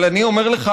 אבל אני אומר לך,